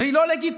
והיא לא לגיטימית.